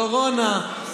קורונה,